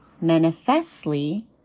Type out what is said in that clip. manifestly